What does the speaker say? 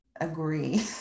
agree